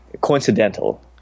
Coincidental